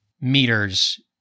meters